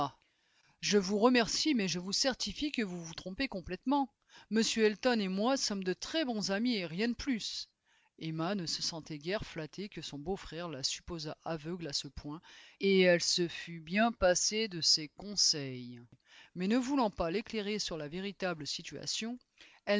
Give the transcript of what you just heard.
je vous remercie mais je vous certifie que vous vous trompez complètement m elton et moi sommes de très bons amis et rien de plus emma ne se sentait guère flattée que son beau-frère la supposât aveugle à ce point et elle se fut bien passé de ses conseils mais ne voulant pas l'éclairer sur la véritable situation